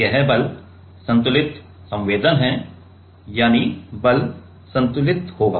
यह बल संतुलित संवेदन है यानी बल संतुलित होगा